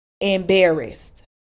embarrassed